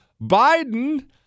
Biden